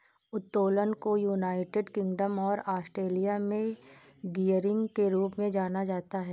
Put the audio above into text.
उत्तोलन को United Kingdom और ऑस्ट्रेलिया में गियरिंग के रूप में जाना जाता है